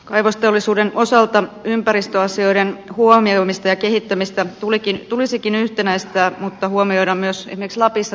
kaivosteollisuuden osalta ympäristöasioiden huomioimista ja kehittämistä tulikin tulisikin yhtenäistää mutta huomioida myös lapissa